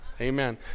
Amen